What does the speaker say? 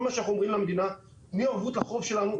כל מה שאנחנו אומרים למדינה הוא: תני ערבות לחוב שלנו.